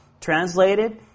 Translated